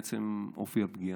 מעצם אופי הפגיעה.